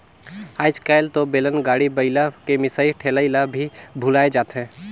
आयज कायल तो बेलन, गाड़ी, बइला के मिसई ठेलई ल भी भूलाये जाथे